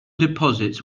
deposits